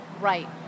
Right